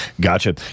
Gotcha